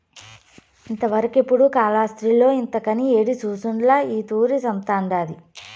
ఇంతవరకెపుడూ కాలాస్త్రిలో ఇంతకని యేడి సూసుండ్ల ఈ తూరి సంపతండాది